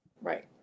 Right